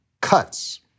cuts